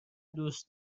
دوست